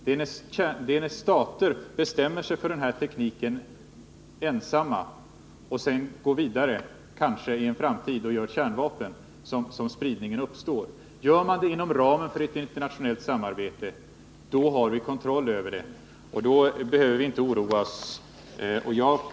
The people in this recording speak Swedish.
Det är just när stater ensamma bestämmer sig för den här tekniken och sedan går vidare med den och kanske i en framtid gör kärnvapen som spridning uppstår. Men inom ramen för internationellt samarbete finns det kontrollmöjligheter, och då behöver vi inte oroa oss.